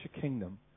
kingdom